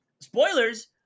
spoilers